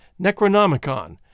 Necronomicon